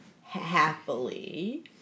Happily